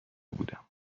بودم